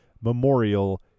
Memorial